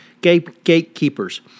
gatekeepers